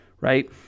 right